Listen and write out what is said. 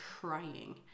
crying